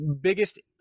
biggest